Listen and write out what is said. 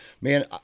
man